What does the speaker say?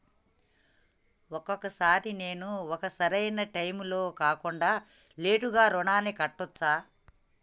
ఒక్కొక సారి నేను ఒక సరైనా టైంలో కాకుండా లేటుగా రుణాన్ని కట్టచ్చా?